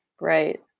Right